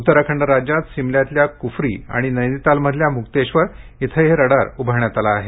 उत्तराखंड राज्यात सिमल्यातल्या क्फ्री आणि नैनितालमधल्या मुक्तेश्वर इथं हे रडार उभारण्यात आलं आहे